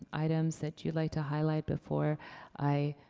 and items that you'd like to highlight before i